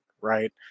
right